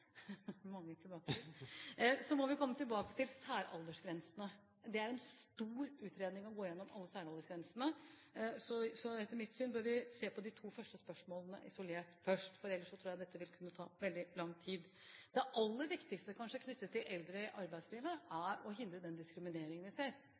Det er en stor utredning å gå igjennom alle særaldersgrensene, så etter mitt syn bør vi se på de to første spørsmålene isolert først, ellers tror jeg dette vil kunne ta veldig lang tid. Kanskje det aller viktigste knyttet til eldre i arbeidslivet er